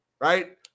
right